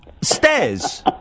stairs